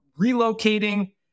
relocating